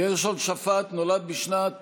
גרשון שפט נולד בשנת